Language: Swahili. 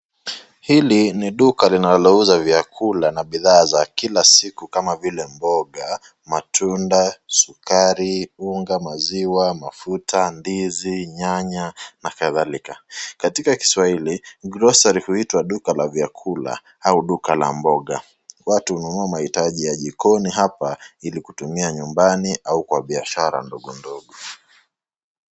Hili ni duka linalouza vyakula na bidhaa za kila siku kama vile mboga , matunda ,sukari ,unga ,maziwa , mafuta, ndizi ,nyanya na kadhalika. Katika kiswahili grocery huitwa duka la vyakula au duka la mboga . Watu ununua mahitaji ya jikoni hapa ama kutumia katika biashara ndogondogo.